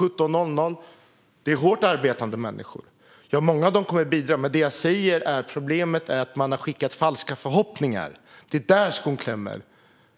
17.00. Det är hårt arbetande människor, och många av dem kommer att bidra. Men det jag säger är att problemet är att man har skickat falska förhoppningar. Det är där skon klämmer.